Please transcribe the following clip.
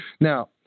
Now